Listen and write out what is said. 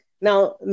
now